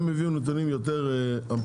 הם הביאו ממש נתונים יותר אמפיריים.